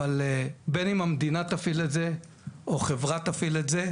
אבל בין אם המדינה תפעיל את זה או חברה תפעיל את זה,